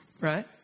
Right